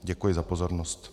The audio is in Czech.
Děkuji za pozornost.